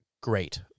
great